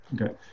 okay